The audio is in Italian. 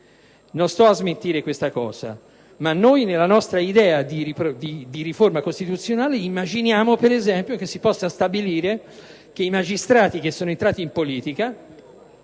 non sto a smentire tale affermazione, ma nella nostra idea di riforma costituzionale immaginiamo, ad esempio, che si possa stabilire che i magistrati che sono entrati in politica